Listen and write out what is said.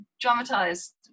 dramatized